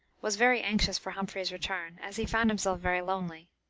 was very anxious for humphrey's return, as he found himself very lonely.